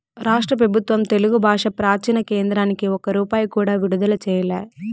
రాష్ట్ర పెబుత్వం తెలుగు బాషా ప్రాచీన కేంద్రానికి ఒక్క రూపాయి కూడా విడుదల చెయ్యలా